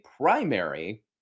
primary